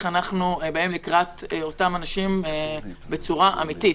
אנחנו באים לקראת אותם אנשים בצורה אמיתית,